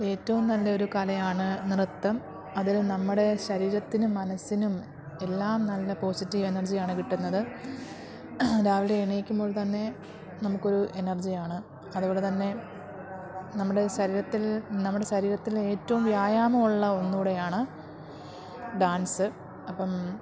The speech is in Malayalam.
ഏറ്റോം നല്ലൊരു കലയാണ് നൃത്തം അതിൽ നമ്മുടെ ശരീരത്തിനും മനസ്സിനും എല്ലാം നല്ല പോസിറ്റീവ് എനർജിയാണ് കിട്ടുന്നത് രാവിലെ എണീക്കുമ്പോൾതന്നെ നമുക്കൊരു എനർജിയാണ് അതുപോലെത്തന്നെ നമ്മുടെ ശരീരത്തിൽ നമ്മുടെ ശരീരത്തിൽ ഏറ്റവും വ്യായാമമുള്ള ഒന്നുകൂടെയാണ് ഡാൻസ് അപ്പം